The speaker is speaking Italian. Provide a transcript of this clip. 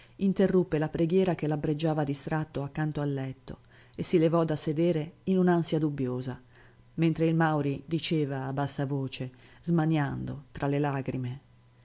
interruppe la preghiera che labbreggiava distratto accanto al letto e si levò da sedere in un'ansia dubbiosa mentre il mauri diceva a bassa voce smaniando tra le lagrime